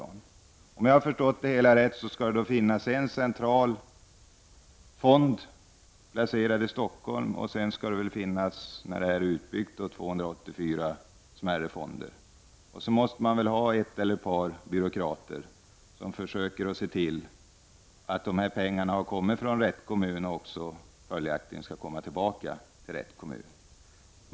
Såvitt jag förstår skall det finnas en central fond i Stockholm och så småningom 284 mindre fonder. Därutöver måste det väl finnas några byråkrater som försöker se till att en del av pengarna som kommer till allmänna arvsfonden går tillbaka till rätta kommuner.